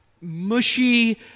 mushy